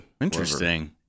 Interesting